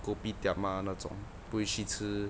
kopitiam ah 那种不会去吃